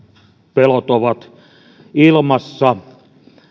pelot ovat ilmassa